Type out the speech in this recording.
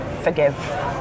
forgive